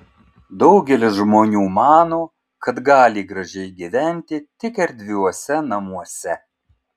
daugelis žmonių mano kad gali gražiai gyventi tik erdviuose namuose